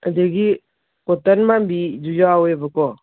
ꯑꯗꯒꯤ ꯀꯣꯇꯟ ꯃꯥꯟꯕꯤꯁꯨ ꯌꯥꯎꯋꯦꯕꯀꯣ